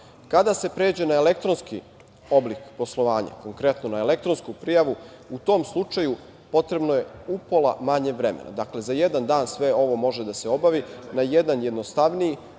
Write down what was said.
Kada se pređe na elektronski oblik poslovanje, konkretno na elektronsku prijavu, u tom slučaju potrebno je upola manje vremena. Dakle, za jedan dan sve ovo može da se obavi na jedan jednostavniji